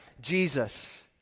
Jesus